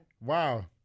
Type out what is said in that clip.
Wow